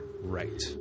Right